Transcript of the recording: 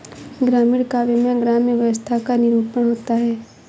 ग्रामीण काव्य में ग्राम्य व्यवस्था का निरूपण होता है